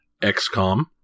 XCOM